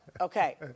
Okay